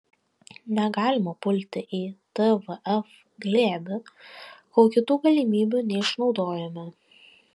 negalima pulti į tvf glėbį kol kitų galimybių neišnaudojome